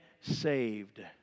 saved